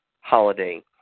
holiday